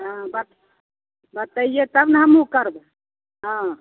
हाँ बऽ बतैयै तब ने हमहुँ करबै हाँ